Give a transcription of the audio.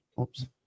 Oops